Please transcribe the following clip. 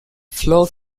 flow